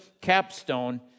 capstone